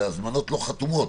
אלו הזמנות לא חתומות,